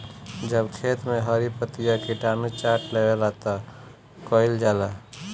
जब खेत मे हरी पतीया किटानु चाट लेवेला तऽ का कईल जाई?